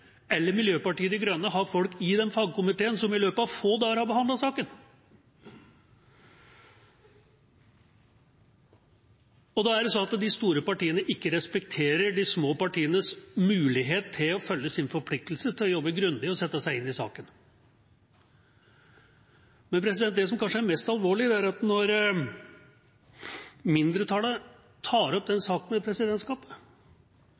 eller Miljøpartiet De Grønne har folk i den fagkomiteen som i løpet av få dager har behandlet saken. Da er det sånn at de store partiene ikke respekterer de små partienes mulighet til å følge sin forpliktelse til å jobbe grundig og sette seg inn i saken. Men det som kanskje er mest alvorlig, er at når mindretallet tar opp den